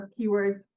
keywords